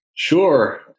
Sure